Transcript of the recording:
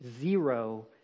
zero